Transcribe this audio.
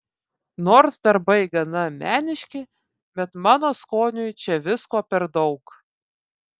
nors darbai gana meniški bet mano skoniui čia visko per daug